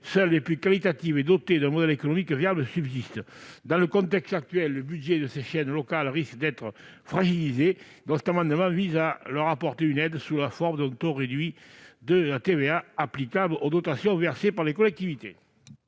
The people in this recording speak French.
seules les plus qualitatives et celles qui sont dotées d'un modèle économique viable subsistent. Dans le contexte actuel, le budget des chaînes locales risque d'être fragilisé. Cet amendement vise donc à leur apporter une aide sous la forme d'un taux réduit de TVA applicable aux dotations versées par les collectivités.